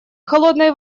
холодной